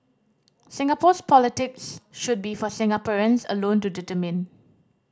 Singapore's politics should be for Singaporeans alone to determine